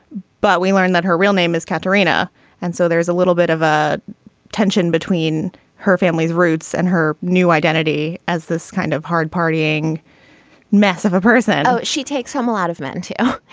but we learned that her real name is katharina and so there is a little bit of a tension between her family's roots and her new identity as this kind of hard partying mess of a person she takes home a lot of men too.